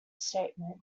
statement